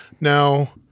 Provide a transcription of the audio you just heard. Now